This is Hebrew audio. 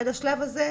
עד השלב הזה?